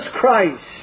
Christ